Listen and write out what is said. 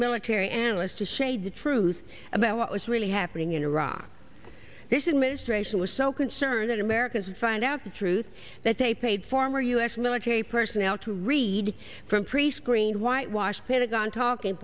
military analysts to shade the truth about what was really happening in iraq this image gratian was so concerned that it merican to find out the truth that they paid former u s military personnel to read from prescreened whitewash pentagon talking